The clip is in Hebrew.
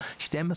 אבל עם 12,